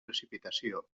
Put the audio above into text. precipitació